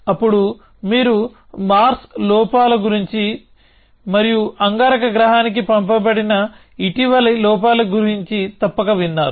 అప్పుడు మీరు మార్స్ లోపాల గురించి మరియు అంగారక గ్రహానికి పంపబడిన ఇటీవలి లోపాల గురించి తప్పక విన్నారు